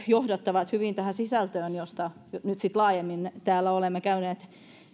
johdattavat hyvin tähän sisältöön josta nyt sitten laajemmin täällä olemme käyneet